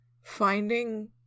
finding